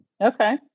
Okay